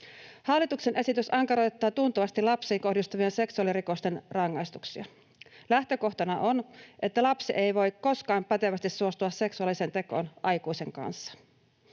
Hallituksen esitys ankaroittaa tuntuvasti lapsiin kohdistuvien seksuaalirikosten rangaistuksia. Lähtökohtana on, että lapsi ei voi koskaan pätevästi suostua seksuaaliseen tekoon aikuisen kanssa.